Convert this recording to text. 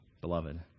beloved